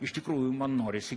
iš tikrųjų man norisi